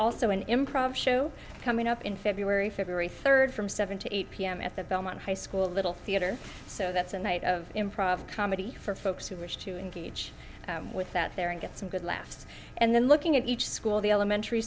also an improv show coming up in february february third from seven to eight pm at the belmont high school a little theater so that's a night of improv comedy for folks who wish to engage with that there and get some good laughs and then looking at each school the elementary